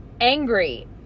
angry